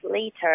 later